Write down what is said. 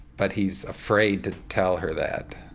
but he's afraid to tell her that.